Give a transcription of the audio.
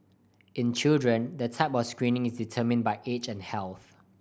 in children the type of screening is determined by age and health